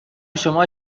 شما